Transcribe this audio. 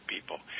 People